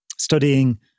studying